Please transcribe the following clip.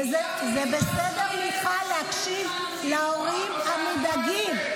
וזה בסדר, מיכל, להקשיב להורים המודאגים.